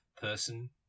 person